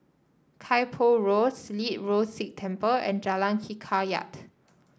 Kay Poh Road Silat Road Sikh Temple and Jalan Hikayat